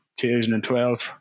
2012